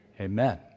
Amen